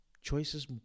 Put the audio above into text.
choices